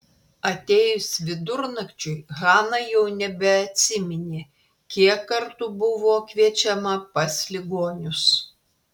atėjus vidurnakčiui hana jau nebeatsiminė kiek kartų buvo kviečiama pas ligonius